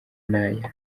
n’aya